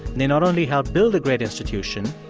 they not only helped build a great institution,